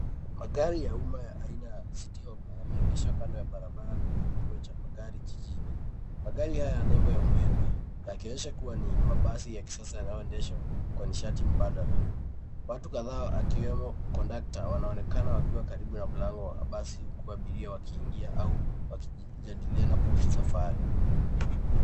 Magari ya umma aina ya yameegeshwa kando ya barabara kwenye kituo cha magari jijini. Magari haya yana nembe ya umeme yakionyesha kuwa ni mabasi ya kisasa yanayoendeshwa kwa nishati mbadala. Watu kadhaa akiwemo conductor wanaonekana wakiwa karibu na mlango wa basi huku abiria wakiingia au kujadiliana kuhusu safari.